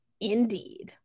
Indeed